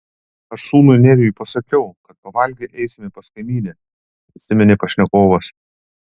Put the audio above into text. aš sūnui nerijui pasakiau kad pavalgę eisime pas kaimynę prisiminė pašnekovas